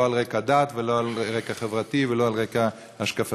לא על רקע דת ולא על רקע חברתי ולא על רקע השקפתי,